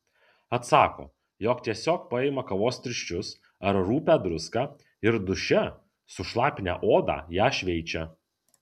atsako jog tiesiog paima kavos tirščius ar rupią druską ir duše sušlapinę odą ją šveičia